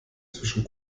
zwischen